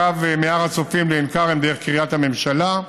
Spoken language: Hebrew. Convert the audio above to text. קו מהר הצופים לעין כרם דרך קריית הממשלה,